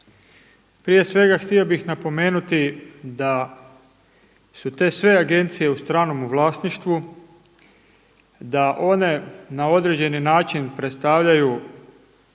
Prije svega htio bih napomenuti da su sve te agencije u stranom vlasništvu, da one na određeni način predstavljaju